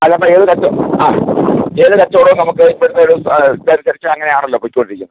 അതപ്പം ഏത് കച്ചൊ ആ ഏത് കച്ചവടവും നമുക്ക് ഇപ്പഴത്തെ ഒരു ഇതനുസരിച്ച് അങ്ങനെയാണല്ലൊ പോയിക്കൊണ്ടിരിക്കുന്നത്